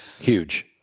Huge